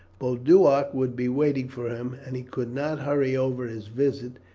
boduoc would be waiting for him, and he could not hurry over his visit,